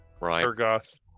right